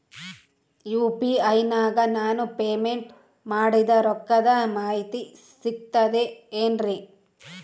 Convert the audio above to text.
UPI ನಾಗ ನಾನು payment ಮಾಡಿದ ರೊಕ್ಕದ ಮಾಹಿತಿ ಸಿಕ್ತದೆ ಏನ್ರಿ?